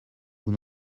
vous